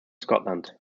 scotland